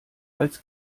als